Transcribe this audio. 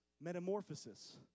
metamorphosis